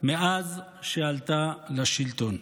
מאז שעלתה לשלטון.